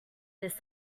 this